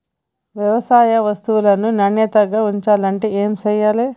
వ్యవసాయ వస్తువులను నాణ్యతగా ఉంచాలంటే ఏమి చెయ్యాలే?